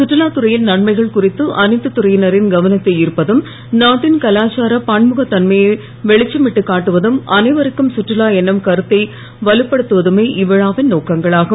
சுற்றுலா துறையின் நன்மைகள் குறித்து அனைத்து துறையினரின் கவனத்தை ஈர்ப்பதும் நாட்டின் கலாச்சார பன்முகத் தன்மையை வெளிச்சமிட்டுக் காட்டுவதும் அனைவருக்கும் கற்றுலா என்னும் கருத்தை வலுப்படுத்துவமே இவ்விழாவின் நோக்கங்களாகும்